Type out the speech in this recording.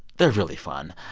they're really fun.